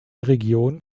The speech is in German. region